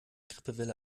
grippewelle